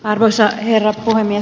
arvoisa herra puhemies